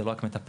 זה לא רק מטפלת,